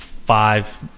five